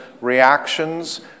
reactions